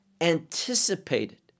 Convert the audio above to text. anticipated